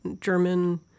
German